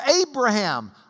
Abraham